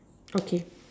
okay